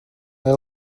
that